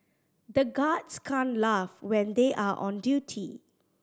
the guards can't laugh when they are on duty